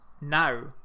now